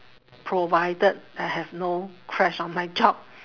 provided I have no clash on my job